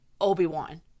Obi-Wan